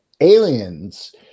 aliens